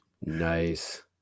Nice